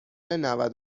نود